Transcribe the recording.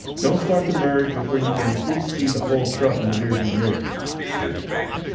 don't start the merge before you can at least see the whole truck in the rear view mirror. speed and spacing.